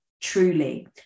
truly